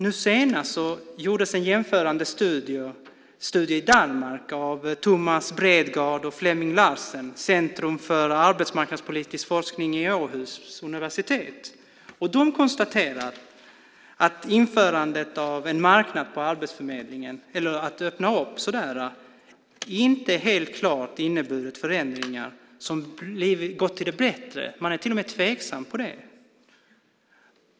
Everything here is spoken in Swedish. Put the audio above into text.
Nu senast gjordes en jämförande studie i Danmark av Thomas Bredgaard och Flemming Larsen på Centrum för arbetsmarknadspolitisk forskning vid Ålborgs universitet, och de konstaterar att införandet av en marknad för arbetsförmedlingen eller att öppna upp inte helt klart har inneburit förändringar som har gått till det bättre - man är till och med tveksam till det.